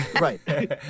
right